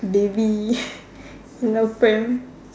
baby you know pram